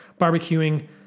barbecuing